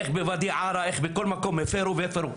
איך בכל מקום הפרו והפרו.